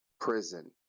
Prison